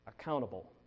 accountable